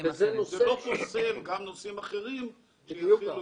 זה לא פוסל גם נושאים אחרים ש --- בדיוק